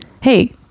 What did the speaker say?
Hey